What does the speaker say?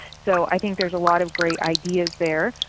so i think there's a lot of great ideas there.